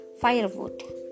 firewood